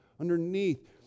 Underneath